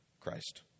Christ